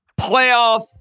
playoff